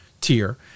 tier